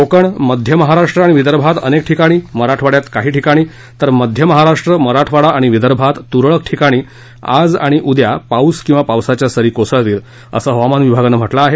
कोकण मध्य महाराष्ट्र आणि विदर्भात अनेक ठिकाणी मराठवाडयात काही ठिकाणी तर मध्य महाराष्ट्रमराठवाडा आणि विदर्भात तुरळक ठिकाणी आज आणि उद्या पाऊस किंवा पावसाच्या सरी कोसळतील असं हवामान विभागानं म्हटलं आहे